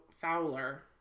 Fowler